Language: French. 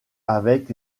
avec